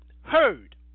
heard